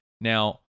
Now